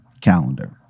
calendar